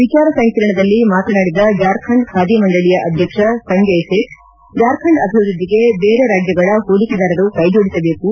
ವಿಚಾರಸಂಕಿರಣದಲ್ಲಿ ಮಾತನಾಡಿದ ಜಾರ್ಖಂಡ್ ಖಾದಿ ಮಂಡಳಿಯ ಅಧ್ಯಕ್ಷ ಸಂಜಯ್ ಸೇತ್ ಜಾರ್ಖಂಡ್ ಅಭಿವೃದ್ಲಿಗೆ ಬೇರೆ ರಾಜ್ಗಗಳ ಹೂಡಿಕೆದಾರರು ಕೈಜೋಡಿಸಬೇಕು